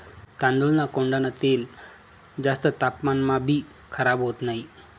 तांदूळना कोंडान तेल जास्त तापमानमाभी खराब होत नही